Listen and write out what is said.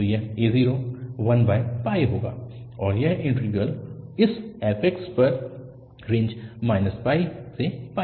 तो यह a0 1 होगा और यह इन्टीग्रल इस f पर रेंज -π से तक है